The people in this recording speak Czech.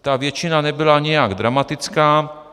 Ta většina nebyla nijak dramatická.